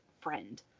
friend